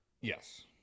Yes